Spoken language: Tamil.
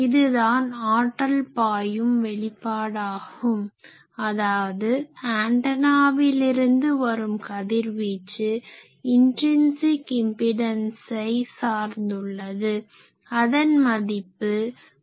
இதுதான் ஆற்றல் பாயும் வெளிப்பாடாகும் அதாவது ஆன்டனாவிலிருந்து வரும் கதிர்வீச்சு இன்ட்ரின்சிக் இம்பிடன்சை intrinsic impedance உள்ளார்ந்த மின்மறுப்பு சார்ந்துள்ளது